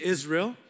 Israel